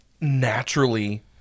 naturally